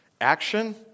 action